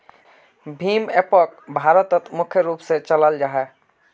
भीम एपोक भारतोत मुख्य रूप से चलाल जाहा